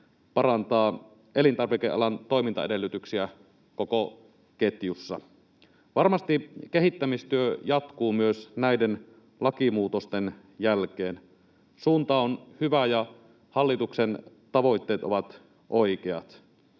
parantaa elintarvikealan toimintaedellytyksiä koko ketjussa. Varmasti kehittämistyö jatkuu myös näiden lakimuutosten jälkeen. Suunta on hyvä, ja hallituksen tavoitteet ovat oikeat.